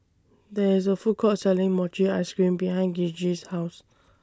There IS A Food Court Selling Mochi Ice Cream behind Gigi's House